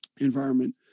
environment